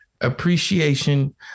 appreciation